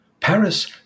Paris